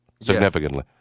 significantly